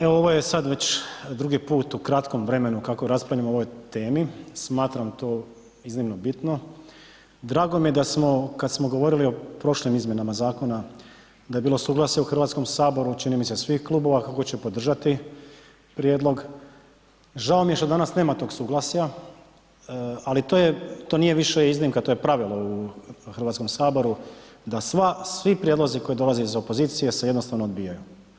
Evo ovo je sad već drugi put u kratkom vremenu kako raspravljamo o ovoj temi, smatram to iznimno bitno, drago mi je da smo kad smo govorili o prošlim izmjenama Zakona da je bilo suglasje u Hrvatskom saboru, čini mi se svih Klubova kako će podržati prijedlog, žao mi je što danas nema tog suglasja, ali to je, to nije više iznimka, to je pravilo u Hrvatskom saboru da sva, svi prijedlozi koji dolaze iz opozicije se jednostavno odbijaju.